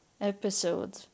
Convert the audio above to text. episode